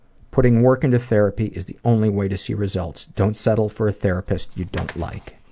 putting work into therapy is the only way to see results. don't settle for a therapist you don't like.